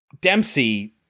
Dempsey